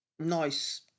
nice